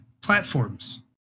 platforms